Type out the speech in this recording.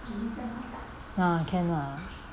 ah can lah